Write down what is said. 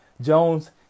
Jones